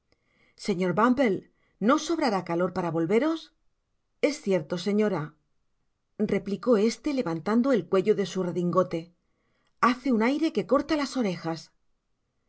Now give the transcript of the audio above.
señor bumble no os sobrará calor para volveros es cierto señora replicó éste levantando el cuello de su redingotehace un aire que corta las orejas